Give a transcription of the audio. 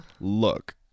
Look